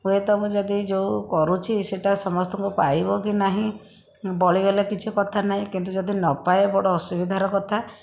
ହୁଏ ତ ମୁଁ ଯଦି ଯେଉଁ କରୁଛି ସେଇଟା ସମସ୍ତଙ୍କୁ ପାଇବ କି ନାହିଁ ବଳିଗଲେ କିଛି କଥା ନାହିଁ କିନ୍ତୁ ଯଦି ନପାଏ ବଡ଼ ଅସୁବିଧାର କଥା